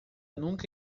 nunca